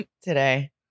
today